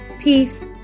peace